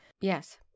Yes